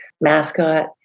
mascot